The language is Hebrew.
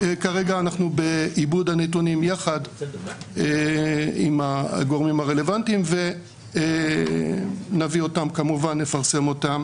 כרגע אנחנו בעיבוד הנתונים יחד עם הגורמים הרלוונטיים וכמובן נפרסם אותם